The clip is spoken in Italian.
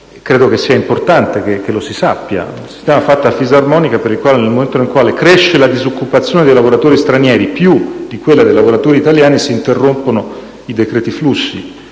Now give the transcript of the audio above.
credo sia importante che si sappia. È un sistema per il quale, nel momento in cui cresce la disoccupazione dei lavoratori stranieri più di quella dei lavoratori italiani, si interrompono i decreti flussi.